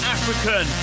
African